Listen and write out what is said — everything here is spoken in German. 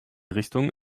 richtung